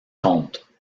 comptes